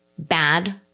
bad